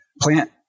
plant